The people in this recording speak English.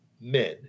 men